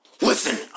Listen